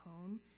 home